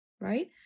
Right